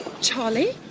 Charlie